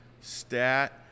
Stat